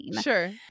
Sure